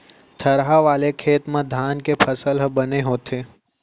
थरहा वाले खेत म धान के फसल ह बने होथे